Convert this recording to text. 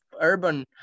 urban